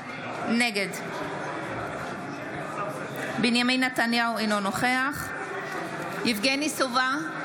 נגד בנימין נתניהו, אינו נוכח יבגני סובה,